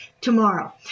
tomorrow